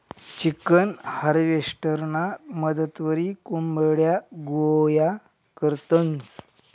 chicken हार्वेस्टरना मदतवरी कोंबड्या गोया करतंस